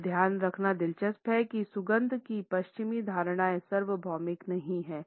यह ध्यान रखना दिलचस्प है कि सुगंध की पश्चिमी धारणाएं सार्वभौमिक नहीं है